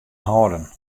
hâlden